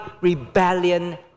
rebellion